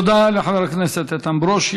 תודה לחבר הכנסת איתן ברושי.